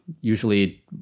usually